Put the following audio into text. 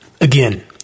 Again